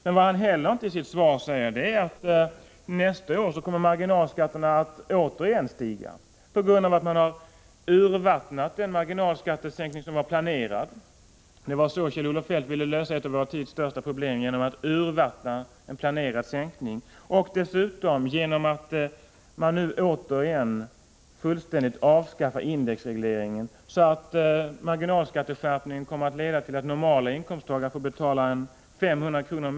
Vad han inte heller i sitt svar säger är, att nästa år kommer marginalskatterna återigen att stiga på grund av att man har urvattnat den marginalskattesänkning som var planerad. Det var på det viset som Kjell-Olof Feldt ville lösa ett av vår tids största problem, nämligen genom att urvattna en planerad marginalskattesänkning och dessutom fullständigt avskaffa indexregleringen, så att marginalskatteskärpningen kommer att leda till att normala inkomsttagare kommer att få betala ca 500 kr.